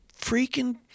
freaking